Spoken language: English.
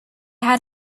had